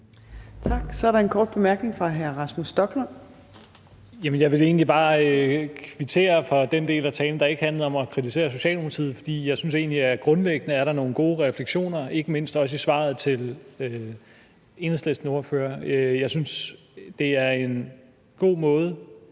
Tak. Så er der en kort bemærkning fra hr. Rasmus Stoklund. Kl. 18:13 Rasmus Stoklund (S): Jeg vil egentlig bare kvittere for den del af talen, der ikke handlede om at kritisere Socialdemokratiet, for jeg synes egentlig, at der grundlæggende er nogle gode refleksioner, ikke mindst også i svaret til Enhedslistens ordfører. Jeg synes, det er en god måde,